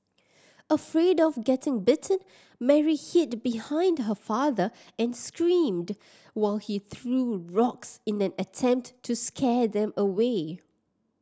afraid of getting bitten Mary hid behind her father and screamed while he threw rocks in an attempt to scare them away